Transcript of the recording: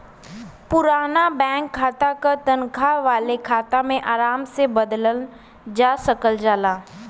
पुराना बैंक खाता क तनखा वाले खाता में आराम से बदलल जा सकल जाला